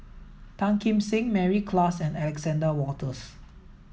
Tan Kim Seng Mary Klass and Alexander Wolters